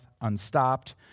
unstopped